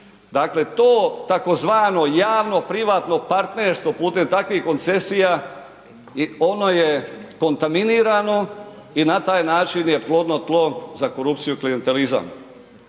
Dakle to tzv. javno-privatno partnerstvo putem takvih koncesija, ono je kontaminirano i na taj način je plodno tlo za korupciju i klijentelizam.